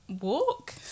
walk